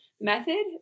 method